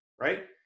right